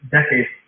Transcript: decades